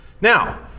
Now